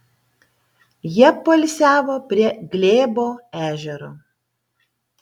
jie poilsiavo prie glėbo ežero